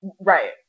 Right